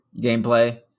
gameplay